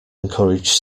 encourage